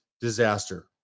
disaster